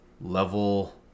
level